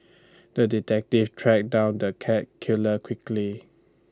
the detective tracked down the cat killer quickly